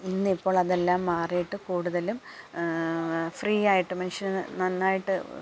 ഇന്നിപ്പോൾ അതെല്ലാം മാറിയിട്ട് കൂടുതലും ഫ്രീ ആയിട്ട് മനുഷ്യന് നന്നായിട്ട്